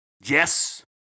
Yes